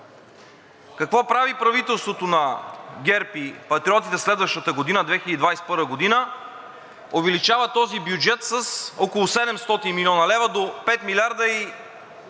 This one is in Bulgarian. Какво прави правителството на ГЕРБ и Патриотите следващата година – 2021 г.? Увеличава този бюджет с около 700 млн. лв. до 5 млрд.